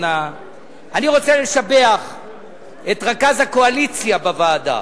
אני רוצה לשבח את רכז הקואליציה בוועדה,